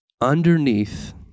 underneath